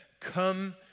come